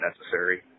necessary